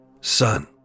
Son